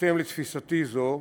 בהתאם לתפיסתי זו,